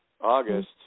August